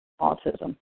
autism